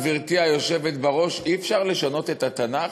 גברתי היושבת בראש: אי-אפשר לשנות את התנ"ך?